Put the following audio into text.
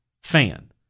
fan